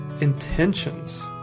intentions